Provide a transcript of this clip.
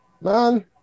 man